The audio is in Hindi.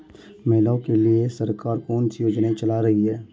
महिलाओं के लिए सरकार कौन सी योजनाएं चला रही है?